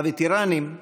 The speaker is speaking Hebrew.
הווטרנים,